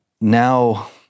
now